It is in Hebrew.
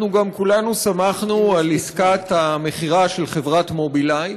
אנחנו גם כולנו שמחנו על עסקת המכירה של חברת "מובילאיי",